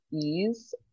ease